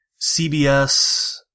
CBS